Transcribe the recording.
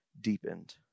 deepened